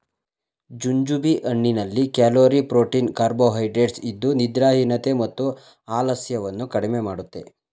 jujube ಹಣ್ಣಿನಲ್ಲಿ calorie, protein carbohydrates ಇದ್ದು ನಿದ್ರಾಹೀನತೆ ಮತ್ತು ಆಲಸ್ಯವನ್ನು ಕಡಿಮೆ ಮಾಡುತ್ತೆ